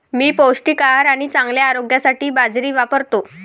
मी पौष्टिक आहार आणि चांगल्या आरोग्यासाठी बाजरी वापरतो